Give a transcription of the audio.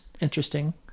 Interesting